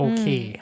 Okay